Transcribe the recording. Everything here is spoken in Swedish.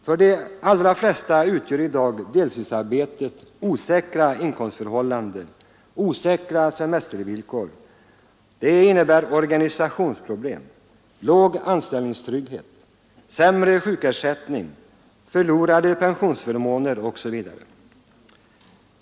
För de allra flesta medför i dag deltidsarbete osäkra inkomstförhållanden, osäkra semestervillkor, organisationsproblem, dålig anställningstrygghet, sämre sjukersättning, förlorade pensionsförmåner osv.